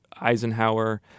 Eisenhower